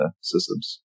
systems